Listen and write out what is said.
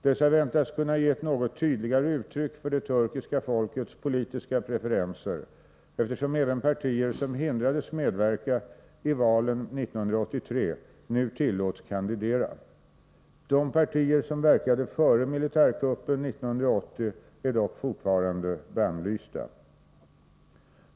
Dessa väntas kunna ge ett något tydligare uttryck för det turkiska folkets politiska preferenser, eftersom även partier som hindrades medverka i valen 1983 nu tillåts kandidera. De partier som verkade före militärkuppen 1980 är dock fortfarande bannlysta.